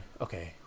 okay